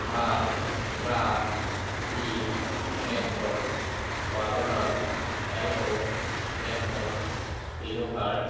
bus truck jeep tractor Wagon R alto Nexon Innova